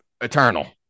eternal